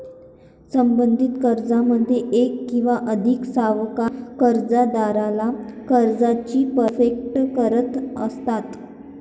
संबंधित कर्जामध्ये एक किंवा अधिक सावकार कर्जदाराला कर्जाची परतफेड करत असतात